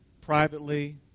privately